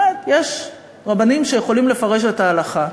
באמת, יש רבנים שיכולים לפרש את ההלכה.